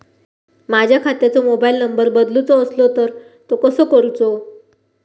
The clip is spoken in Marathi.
माझ्या खात्याचो मोबाईल नंबर बदलुचो असलो तर तो कसो करूचो?